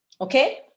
Okay